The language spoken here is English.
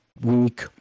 week